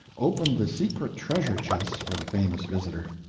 opened the secret treasure chests for the famous visitor.